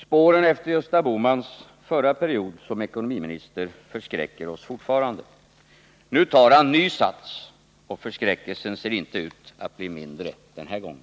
Spåren efter Gösta Bohmans förra period som ekonomiminister förskräcker oss fortfarande. Nu tar han ny sats, och förskräckelsen ser inte ut att bli mindre den här gången.